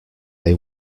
they